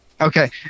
okay